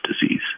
disease